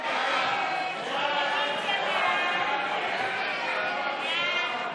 סיעות ש"ס ויהדות התורה להביע אי-אמון בממשלה לא נתקבלה.